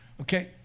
Okay